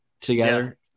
together